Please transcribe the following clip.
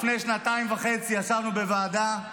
לפני שנתיים וחצי ישבנו בוועדה,